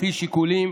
לפי שיקולים